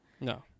No